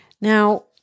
Now